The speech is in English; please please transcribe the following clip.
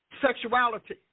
sexuality